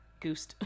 Goose